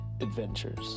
adventures